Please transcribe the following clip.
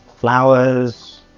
flowers